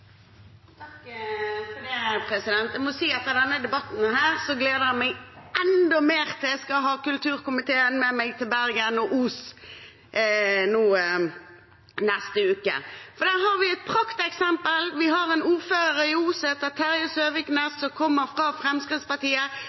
må si at etter denne debatten gleder jeg meg enda mer til jeg skal ha kulturkomiteen med meg til Bergen og Os i neste uke. For der har vi et prakteksempel. Vi har en ordfører i Os som heter Terje Søviknes, som kommer